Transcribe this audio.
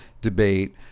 debate